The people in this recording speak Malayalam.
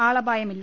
ആളപായമില്ല